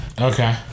okay